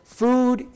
food